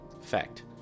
fact